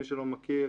מי שלא מכיר,